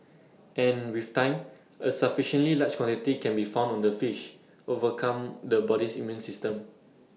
and with time A sufficiently large quantity can be found on the fish overcome the body's immune system